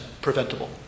preventable